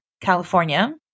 California